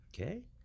Okay